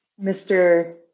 Mr